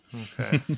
Okay